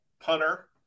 punter